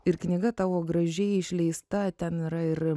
ir knyga tavo gražiai išleista ten yra ir